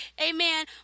Amen